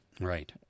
Right